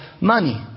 Money